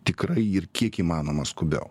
tikrai ir kiek įmanoma skubiau